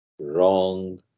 Wrong